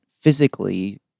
physically